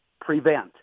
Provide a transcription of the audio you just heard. prevent